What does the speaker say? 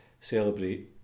celebrate